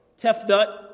Tefnut